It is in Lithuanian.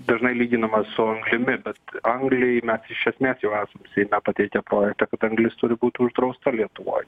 dažnai lyginama su anglimi bet angliai mes iš esmės jau esam seime pateikę projektą kad anglis turi būt uždrausta lietuvoje